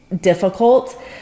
difficult